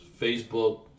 Facebook